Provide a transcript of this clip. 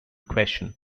question